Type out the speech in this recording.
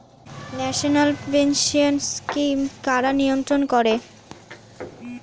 National pension scheme কারা নিয়ন্ত্রণ করে?